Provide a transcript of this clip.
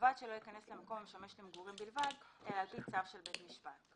ובלבד שלא ייכנס למקום המשמש למגורים בלבד אלא על פי של בית משפט.